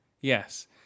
yes